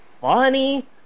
funny